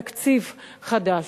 בשנת 2011 נכנס תקציב חדש,